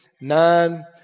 nine